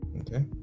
Okay